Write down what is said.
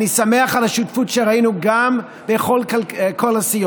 אני שמח על השותפות שראינו גם בכל הסיעות.